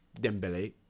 Dembele